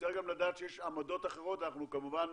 נצטרך לדעת שיש עמדות אחרות ואנחנו כמובן